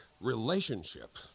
relationship